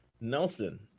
Nelson